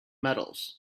metals